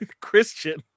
Christian